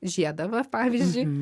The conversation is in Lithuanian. žiedą va pavyzdžiui